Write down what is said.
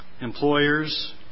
employers